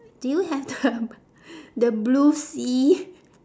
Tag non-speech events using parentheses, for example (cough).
do you have the (laughs) the blue sea (laughs)